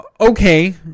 Okay